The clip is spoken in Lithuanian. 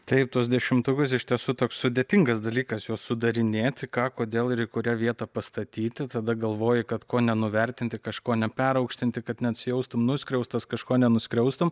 taip tuos dešimtukus iš tiesų toks sudėtingas dalykas juos sudarinėti ką kodėl ir į kurią vietą pastatyti tada galvoji kad ko nenuvertinti kažko neperaukštinti kad nesijaustum nuskriaustas kažko nenuskriaustum